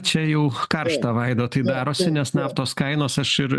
čia jau karšta vaidotai darosi nes na kainos aš ir